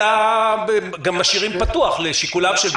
אלא גם משאירים פתוח לשיקוליו של בנק.